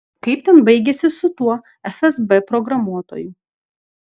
kaip ten baigėsi su tuo fsb programuotoju